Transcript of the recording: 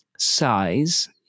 size